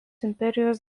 imperijos